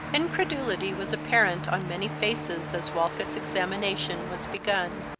incredulity was apparent on many faces as walcott's examination was begun.